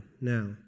now